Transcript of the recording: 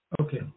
Okay